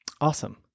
awesome